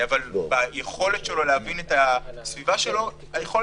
אבל היכולת שלו להבין את הסביבה מוגבלת,